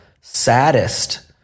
saddest